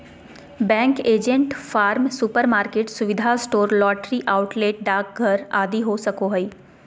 bank agent farm, supermarket, सुविधा store, lottery outlet, डाकघर आदि हो सको हइ